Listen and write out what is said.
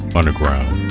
Underground